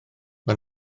mae